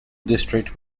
district